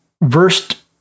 versed